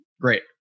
Great